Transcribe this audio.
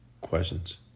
Questions